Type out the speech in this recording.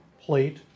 plate